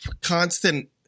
constant